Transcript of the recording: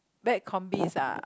bad combis ah